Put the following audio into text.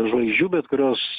žvaigždžių bet kurios